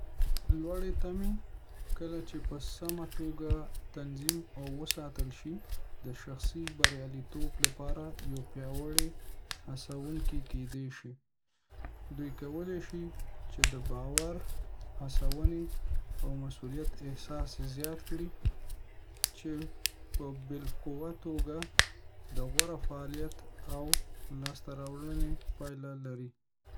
لوړې تمې، کله چې په سمه توګه تنظیم او وساتل شي، د شخصي بریالیتوب لپاره یو پیاوړی هڅونکی کیدی شي. دوی کولی شي د باور، هڅونې، او د مسؤلیت احساس زیات کړي، چې په بالقوه توګه د غوره فعالیت او لاسته راوړنې پایله لري.